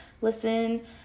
listen